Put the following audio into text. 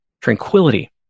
tranquility